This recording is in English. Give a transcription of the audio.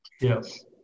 Yes